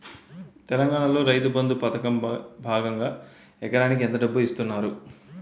తెలంగాణలో రైతుబంధు పథకం భాగంగా ఎకరానికి ఎంత డబ్బు ఇస్తున్నారు?